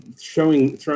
showing